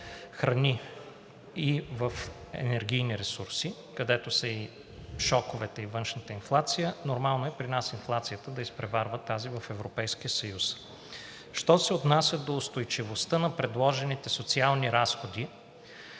храни и в енергийни ресурси, където са и шоковете и външната инфлация, нормално е при нас инфлацията да изпреварва тази в Европейския съюз. Що се отнася до устойчивостта на предложените социални разходи,